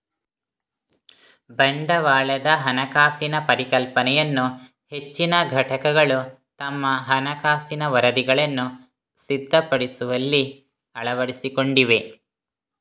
ಬಂಡವಾಳದ ಹಣಕಾಸಿನ ಪರಿಕಲ್ಪನೆಯನ್ನು ಹೆಚ್ಚಿನ ಘಟಕಗಳು ತಮ್ಮ ಹಣಕಾಸಿನ ವರದಿಗಳನ್ನು ಸಿದ್ಧಪಡಿಸುವಲ್ಲಿ ಅಳವಡಿಸಿಕೊಂಡಿವೆ